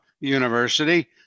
University